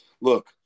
look